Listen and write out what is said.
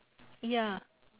ya